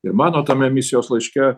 ir mano tame misijos laiške